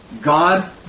God